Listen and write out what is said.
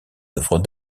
œuvres